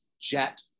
jet